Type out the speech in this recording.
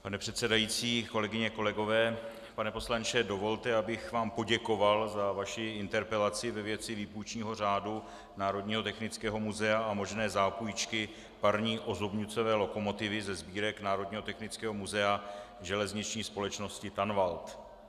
Pane předsedající, kolegyně, kolegové, pane poslanče, dovolte, abych vám poděkoval za vaši interpelaci ve věci výpůjčního řádu Národního technického muzea a možné zápůjčky parní ozubnicové lokomotivy ze sbírek Národního technického muzea Železniční společnosti Tanvald.